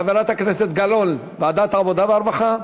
חברת הכנסת גלאון, ועדת העבודה והרווחה?